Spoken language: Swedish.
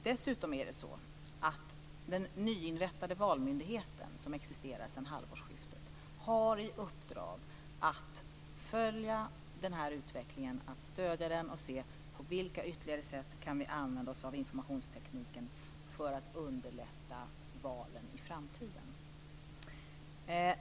Dessutom är det så att den nyinrättade Valmyndigheten, som existerar sedan halvårsskiftet, har i uppdrag att följa den här utvecklingen. De ska följa utvecklingen och se på vilka ytterligare sätt vi kan använda oss av informationstekniken för att underlätta valen i framtiden.